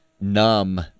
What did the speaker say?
numb